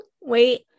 wait